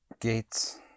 Gates